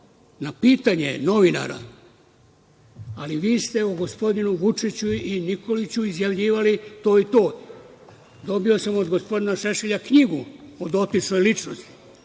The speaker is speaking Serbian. na pitanje novinara, ali vi ste o gospodinu Vučiću i Nikoliću izjavljivali to i to, dobio sam od gospodina Šešelja knjigu o dotičnoj ličnosti.